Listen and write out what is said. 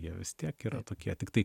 jie vis tiek yra tokie tiktai